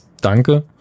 Danke